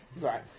Right